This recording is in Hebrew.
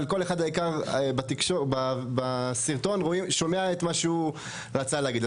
אבל כל אחד העיקר בסרטון שומע את מה שהוא רצה להגיד.